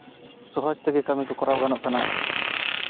ᱥᱚᱦᱚᱡᱽ ᱛᱮᱜᱮ ᱠᱟᱹᱢᱤᱠᱚ ᱠᱚᱨᱟᱣ ᱜᱟᱱᱚᱜ ᱠᱟᱱᱟ